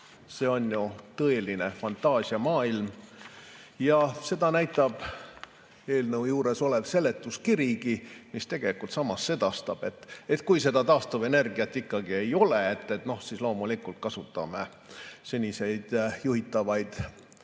See on tõeline fantaasiamaailm. Seda näitab ka eelnõu juures olev seletuskiri, mis samas sedastab, et kui seda taastuvenergiat ikkagi ei ole, siis loomulikult kasutame seniseid juhitavaid